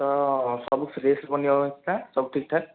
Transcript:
ତ ସବୁ ଫ୍ରେସ୍ ବନିବ ନା ସବୁ ଠିକ୍ ଠାକ୍